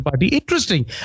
Interesting